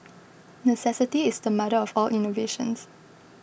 necessity is the mother of all innovations